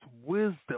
wisdom